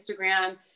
instagram